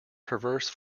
perverse